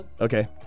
Okay